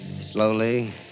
Slowly